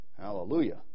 hallelujah